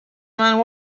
man